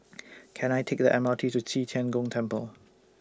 Can I Take The M R T to Qi Tian Gong Temple